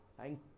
Thank